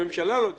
שהממשלה לא תזדקק.